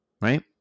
right